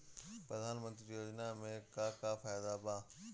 प्रधानमंत्री योजना मे का का फायदा बा?